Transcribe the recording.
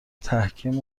تحکیم